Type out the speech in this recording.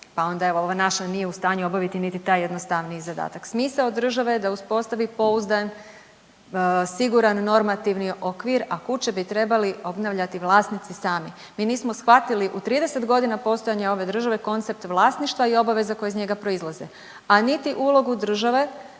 pa onda evo ova naša nije u stanju obaviti niti taj jednostavniji zadatak. Smisao države je da uspostavi pouzdan, siguran normativni okvir, a kuće bi trebali obnavljati vlasnici sami. Mi nismo shvatili u 30 godina postojanja ove države koncept vlasništva i obaveza koje iz njega proizlaze, a niti ulogu države